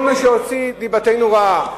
כל מי שהוציא דיבתנו רעה.